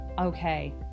okay